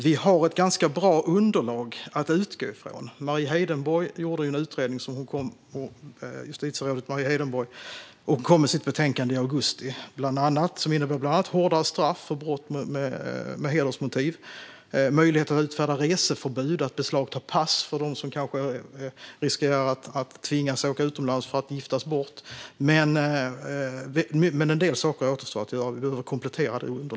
Vi har ett ganska bra underlag att utgå från. Justitierådet Mari Heidenborg gjorde en utredning och kom med sitt betänkande i augusti. Hon föreslog bland annat hårdare straff för brott med hedersmotiv och möjlighet att utfärda reseförbud och beslagta pass för dem som riskerar att tvingas åka utomlands för att giftas bort. En del återstår dock att göra, och underlaget behöver kompletteras.